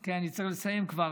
כי אני צריך לסיים כבר.